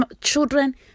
children